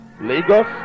lagos